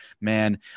man